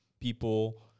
people